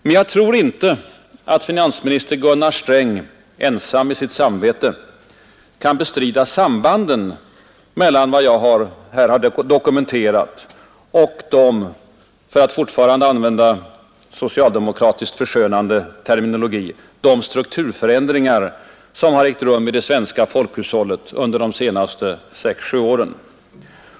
Men jag tror inte att finansminister Gunnar Sträng ensam med sitt samvete kan bestrida sambanden mellan vad jag här har dokumenterat och de — för att fortfarande använda socialdemokratisk förskönande terminologi — strukturförändringar som har ägt rum i det svenska folkhushållet under de senaste sex sju åren.